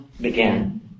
began